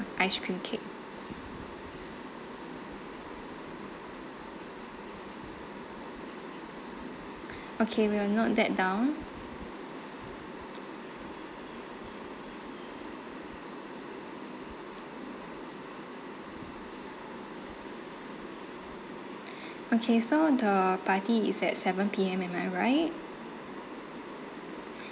ice cream cake okay we will note that down okay so the party is at seven P_M am I right